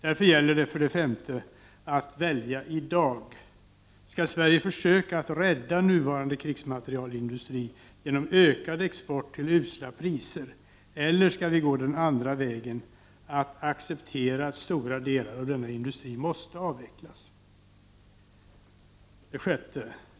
Därför gäller det att välja i dag. Skall Sverige försöka att rädda nuvarande krigsmaterielindustri genom ökad export till usla priser, eller skall vi gå den andra vägen och acceptera att stora delar av denna industri måste avvecklas?